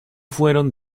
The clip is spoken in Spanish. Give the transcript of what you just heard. fueron